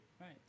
Right